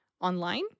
online